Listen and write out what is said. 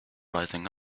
rising